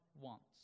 wants